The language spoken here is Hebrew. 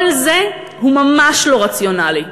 כל זה ממש לא רציונלי.